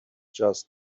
just